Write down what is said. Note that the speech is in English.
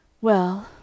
Well